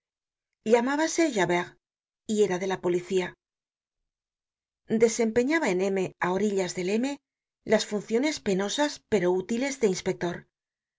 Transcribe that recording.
del observador llamábase javert y era de la policía desempeñaba en m á orillas del m las funciones penosas pero útiles de inspector